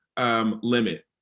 limit